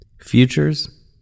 futures